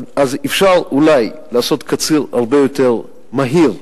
אז אפשר, אולי, לעשות קציר הרבה יותר מהיר,